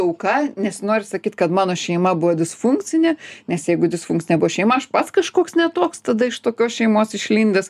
auka nesinori sakyt kad mano šeima buvo disfunkcinė nes jeigu disfunkcinė buvo šeima aš pats kažkoks ne toks tada iš tokios šeimos išlindęs